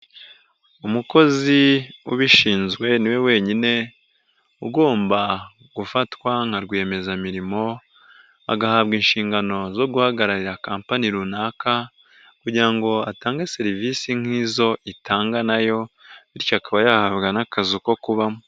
Umukozi ubishinzwe niwe wenyine ugomba gufatwa nka rwiyemezamirimo, agahabwa inshingano zo guhagararira kompani runaka, kugira ngo atange serivisi nk'izo itanga nayo bityo akaba yahabwa n'akazu ko kubamo.